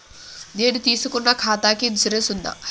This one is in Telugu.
నేను తీసుకున్న ఖాతాకి ఇన్సూరెన్స్ ఉందా?